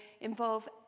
involve